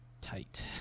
tight